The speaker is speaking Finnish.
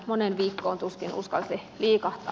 moneen viikkoon tuskin uskalsi liikahtaa